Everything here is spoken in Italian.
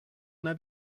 una